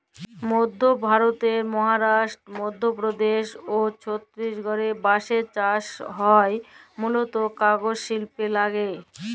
মইধ্য ভারতের মহারাস্ট্র, মইধ্যপদেস অ ছত্তিসগঢ়ে বাঁসের চাস হয় মুলত কাগজ সিল্পের লাগ্যে